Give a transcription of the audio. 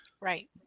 Right